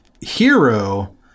Hero